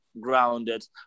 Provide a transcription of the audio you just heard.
grounded